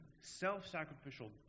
self-sacrificial